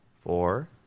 four